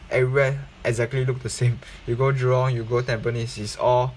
everywhere exactly look the same you go jurong you go tampines is all